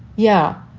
yeah.